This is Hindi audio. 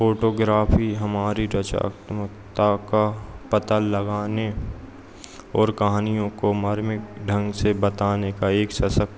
फोटोग्राफी हमारी रचनात्मकता का पता लगाने और कहानियों को मर्मिक ढंग से बताने का एक सशक्त